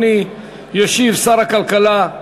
ישיב שר הכלכלה,